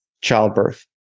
childbirth